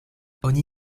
oni